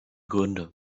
gründe